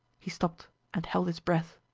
he stopped and held his breath,